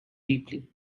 deeply